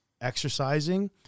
exercising